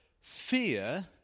Fear